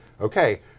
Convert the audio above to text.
okay